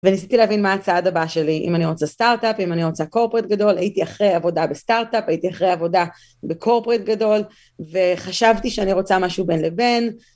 וניסיתי להבין מה הצעד הבא שלי אם אני רוצה סטארטאפ אם אני רוצה קורפרט גדול הייתי אחרי עבודה בסטארטאפ הייתי אחרי עבודה בקורפרט גדול וחשבתי שאני רוצה משהו בין לבין